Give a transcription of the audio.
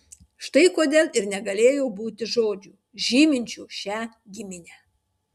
štai kodėl ir negalėjo būti žodžio žyminčio šią giminę